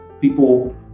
people